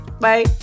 Bye